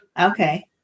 Okay